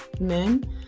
men